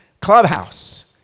clubhouse